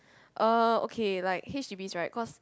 uh okay like H_D_Bs right cause